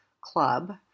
club